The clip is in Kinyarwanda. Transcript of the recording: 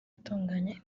atunganya